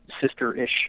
sister-ish